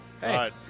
Hey